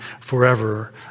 forever